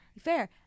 Fair